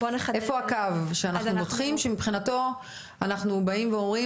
איפה הקו שאנחנו מותחים שמבחינתו אנחנו באים ואומרים